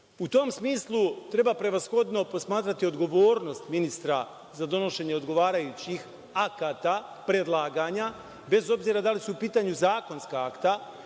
tom smislu, treba prevashodno posmatrati odgovornost ministra za donošenje odgovarajućih akata, predlaganja, bez obzira da li su u pitanju zakonska akta